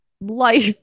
life